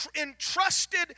entrusted